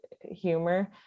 humor